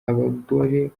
abagore